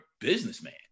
businessman